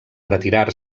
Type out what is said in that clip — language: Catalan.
retirar